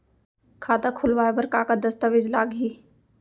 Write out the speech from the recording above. खाता खोलवाय बर का का दस्तावेज लागही?